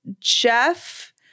Jeff